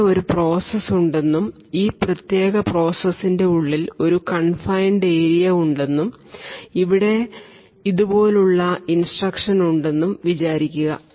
ഇവിടെ ഒരു പ്രോസസ്സ് ഉണ്ടെന്നും ഈ പ്രത്യേക പ്രോസസിന്റെ ഉള്ളിൽ ഒരു കൺഫൈൻഡ് ഏരിയ ഉണ്ടെന്നും അവിടെ ഇതുപോലുള്ള ഇൻസ്ടക്ഷൻ ഉണ്ടെന്നും വിചാരിക്കുക